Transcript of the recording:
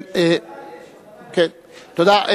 תודה.